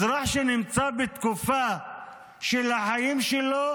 אזרח שנמצא בתקופה של החיים שלו